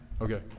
Okay